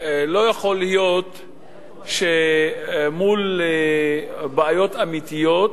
לא יכול להיות שמול בעיות אמיתיות,